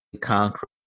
concrete